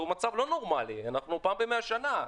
זה מצב לא נורמלי, זה פעם ב-100 שנה.